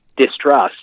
distrust